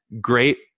great